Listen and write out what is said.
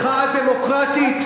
מחאה דמוקרטית,